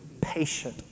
patient